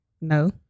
No